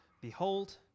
Behold